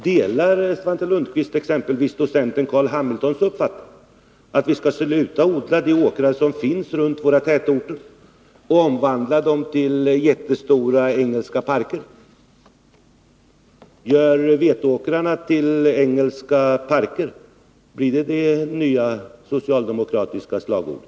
Delar Svante Lundkvist exempelvis docent Carl Hamiltons uppfattning att vi skall sluta odla de åkrar som finns runt våra tätorter och omvandla dem till jättestora engelska parker? Gör veteåkrarna till engelska parker — kommer det att bli det nya socialdemokratiska slagordet?